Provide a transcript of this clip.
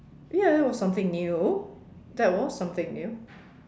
ya it was something new that was something new